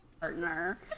partner